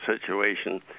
situation